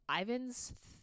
Ivan's